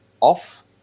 off